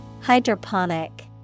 Hydroponic